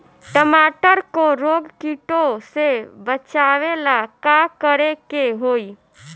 टमाटर को रोग कीटो से बचावेला का करेके होई?